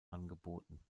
angeboten